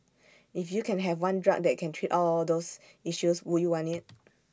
if you can have one drug that can treat all those issues would you want IT